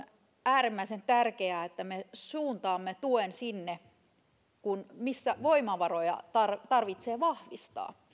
äärimmäisen tärkeää että me suuntaamme tuen sinne missä voimavaroja tarvitsee vahvistaa